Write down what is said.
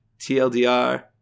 TLDR